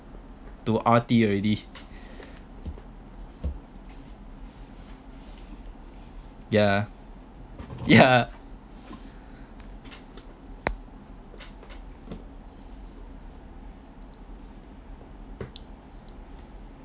to R_T already ya ya